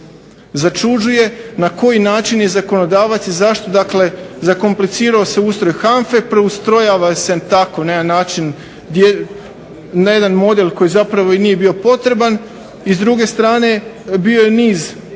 Začuđuje na koji način je zakonodavac i zašto zakomplicirao se ustroj HANFA preustrojava se na jedan model koji nije bio potreban i s druge strane bio je niz